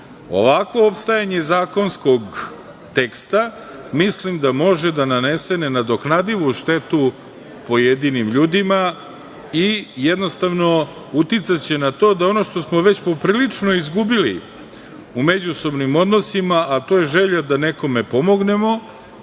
opstajanje zakonskog teksta mislim da može da nanese nenadoknadivu štetu pojedinim ljudima, jednostavno uticaće na to da ono što smo već poprilično izgubili u međusobnim odnosima, a to je želja da nekom pomognemo,